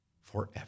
forever